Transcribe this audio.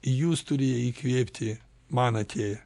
jūs turi įkvėpti man atėję